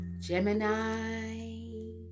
Gemini